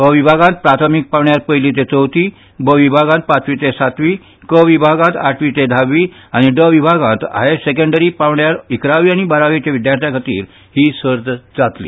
अ विभागांत प्राथमीक पांवड्यार पयली ते चवथी ब विभागांत पांचवी ते सातवी क विभागांत आठवी ते धावी आनी ड विभागांत हायर सेकंडरी पांवड्यार अकरावी आनी बारावेच्या विद्यार्थ्यां खातीर ही सर्त जातली